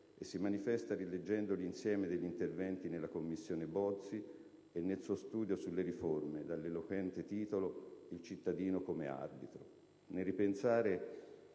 e si manifesta rileggendo l'insieme degli interventi nella Commissione Bozzi e nel suo studio sulle riforme, dall'eloquente titolo: «Il cittadino come arbitro».